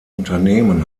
unternehmen